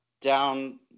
down